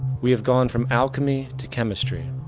we have gone from alchemy to chemistry,